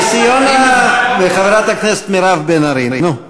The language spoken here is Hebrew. יוסי יונה וחברת הכנסת מירב בן ארי, נו.